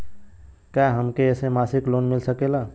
का हमके ऐसे मासिक लोन मिल सकेला?